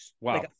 Wow